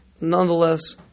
nonetheless